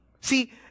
See